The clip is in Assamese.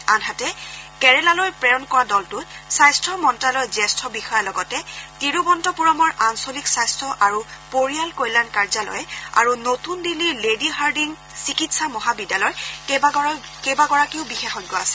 আনহাতে কেৰালালৈ প্ৰেৰণ কৰা দলটোত স্বাস্য মহ্যালয়ৰ জ্যেষ্ঠ বিষয়াৰ লগতে তিৰুৱনন্তপুৰমৰ আঞ্চলিক স্বাস্য আৰু পৰিয়াল কল্যাণ কাৰ্যালয়ে আৰু নতুন দিল্লীৰ লেডী হাৰ্ডিং চিকিৎসা মহাবিদ্যালয়ৰ কেইবাগৰাকীও বিশেষজ্ঞ আছে